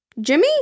Jimmy